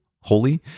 holy